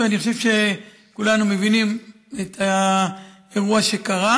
ואני חושב שכולנו מבינים את האירוע שקרה.